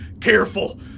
Careful